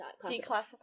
Declassified